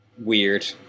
weird